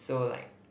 so like